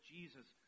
Jesus